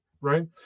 right